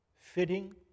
Fitting